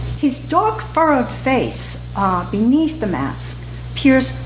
his dark furrowed face beneath the mask peers